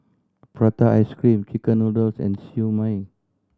prata ice cream chicken noodles and Siew Mai